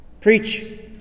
preach